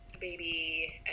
baby